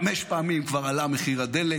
חמש פעמים כבר עלה מחיר הדלק,